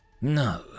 No